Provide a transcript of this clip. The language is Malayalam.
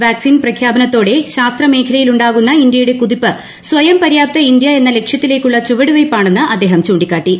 വാക്സിൻ പ്രഖ്യാപനത്തോടെ ശാസ്ത്രമേഖലയിലുള്ള ഇന്ത്യയുടെ കുതിപ്പ് സ്വയം പര്യാപ്ത ഇന്ത്യയെന്ന ലക്ഷ്യത്തിലേക്കുള്ള ചുവടുവെപ്പാണെന്ന് അദ്ദേഹം ചൂണ്ടിക്കാട്ടി